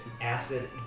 acid